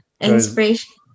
Inspiration